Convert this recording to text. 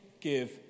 give